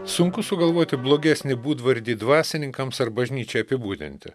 sunku sugalvoti blogesnį būdvardį dvasininkams ar bažnyčiai apibūdinti